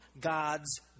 God's